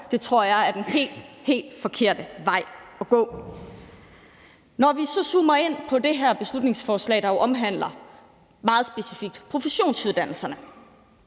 dem, tror jeg er den helt, helt forkerte vej at gå. Når vi så zoomer ind på det her beslutningsforslag, der jo meget specifikt omhandler produktionsuddannelserne,